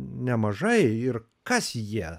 nemažai ir kas jie